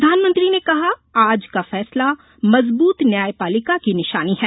प्रधानमंत्री ने कहा आज का फैसला मजबूत न्यायपालिका की निशानी है